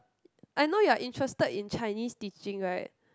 I know you are interested in Chinese teaching right